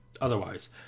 Otherwise